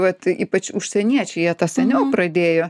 vat ypač užsieniečiai jie tą seniau pradėjo